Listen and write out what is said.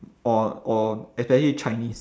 or or especially chinese